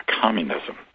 communism